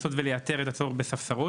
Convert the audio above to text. לנסות וליתר את הצורך בספסרות.